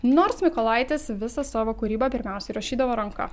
nors mykolaitis visą savo kūrybą pirmiausia rašydavo ranka